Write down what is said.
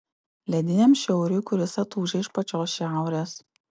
lediniam šiauriui kuris atūžia iš pačios šiaurės